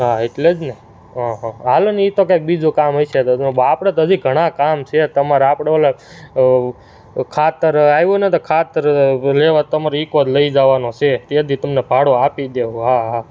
હા એટલે જ ને હાલોને એ તો બીજું કઈ કામ હશે ને તો આપણે હજી ઘણા કામ છે તમારા આપણે ઓલા ખાતર આવ્યું ને તો ખાતર લેવા તમાર ઈકો જ લઈ જવાનો છે તે દીવસ તમને ભાડું આપી દઈશું હા હા